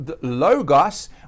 Logos